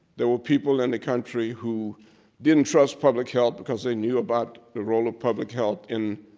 there were people in the country who didn't trust public health because they knew about the role of public health in